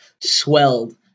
swelled